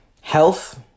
Health